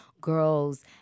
girls